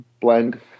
blend